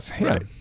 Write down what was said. right